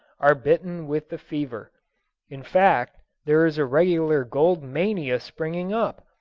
are bitten with the fever in fact, there is a regular gold mania springing up.